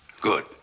Good